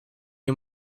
you